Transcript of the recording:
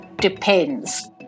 depends